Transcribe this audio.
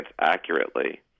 accurately